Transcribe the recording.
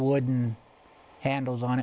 wooden handles on